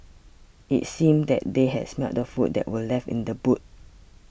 it seemed that they had smelt the food that were left in the boot